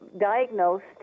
diagnosed